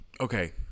Okay